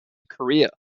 korea